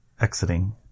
exiting